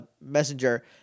messenger